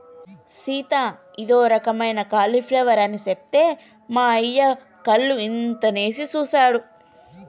సీత ఇదో రకమైన క్యాలీఫ్లవర్ అని సెప్తే మా అయ్య కళ్ళు ఇంతనేసి సుసాడు